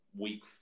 week